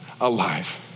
alive